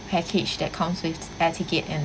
package that comes with air ticket and